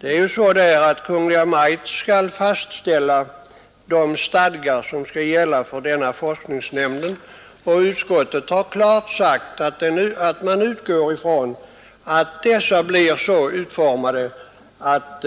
Enligt utskottets förslag skall Kungl. Maj:t fastställa de stadgar som skall gälla för forskningsnämnden, och utskottet har klart sagt att man utgår ifrån att dessa blir så utformade att